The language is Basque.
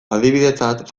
adibidetzat